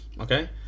okay